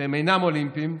שאינם אולימפיים,